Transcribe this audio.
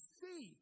see